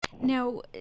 Now